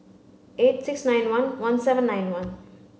eight six nine one one seven nine one